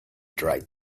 dried